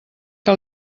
que